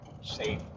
safe